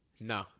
No